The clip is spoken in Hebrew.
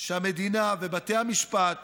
שהמדינה ובתי המשפט